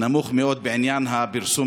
תקציב נמוך מאוד של משרד הבריאות לפרסום